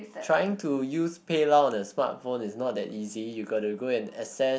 trying to use PayLah on the smartphone is not that easy you got to go and access